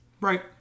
Right